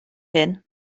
hyn